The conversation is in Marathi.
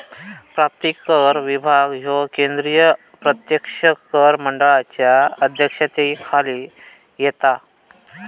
प्राप्तिकर विभाग ह्यो केंद्रीय प्रत्यक्ष कर मंडळाच्या अध्यक्षतेखाली येता